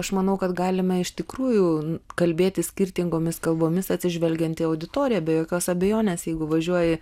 aš manau kad galime iš tikrųjų kalbėti skirtingomis kalbomis atsižvelgiant į auditoriją be jokios abejonės jeigu važiuoji